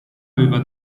aveva